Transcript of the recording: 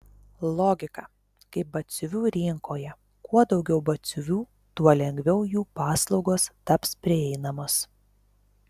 logika kaip batsiuvių rinkoje kuo daugiau batsiuvių tuo lengviau jų paslaugos taps prieinamos